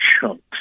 chunks